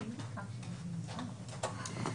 כן.